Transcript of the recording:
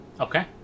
Okay